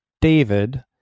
David